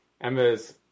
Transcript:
Emma's